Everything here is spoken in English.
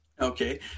okay